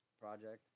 project